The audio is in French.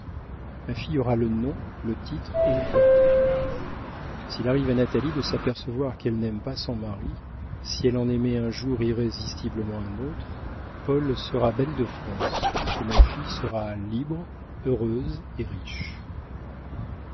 ma fille aura le nom le titre et la fortune s'il arrive à natalie de s'apercevoir qu'elle n'aime pas son mari si elle en aimait un jour irrésistiblement un autre paul sera banni de france et ma fille sera libre heureuse et riche